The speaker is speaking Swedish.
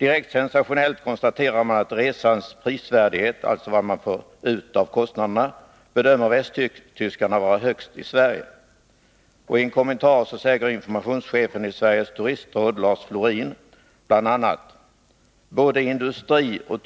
Direkt sensationellt konstaterar man att västtyskarna bedömer resans prisvärdighet, alltså vad man får ut av kostnaderna, vara högst i Sverige. I en kommentar säger informationschefen i Sveriges Turistråd, Lars Florin, bl.a.: Både industrioch